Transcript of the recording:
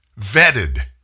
vetted